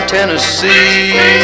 Tennessee